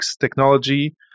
technology